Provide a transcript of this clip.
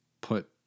put